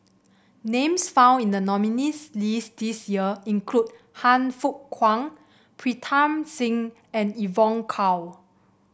names found in the nominees' list this year include Han Fook Kwang Pritam Singh and Evon Kow